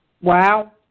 Wow